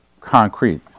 concrete